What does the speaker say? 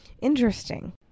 Interesting